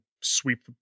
sweep